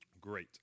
Great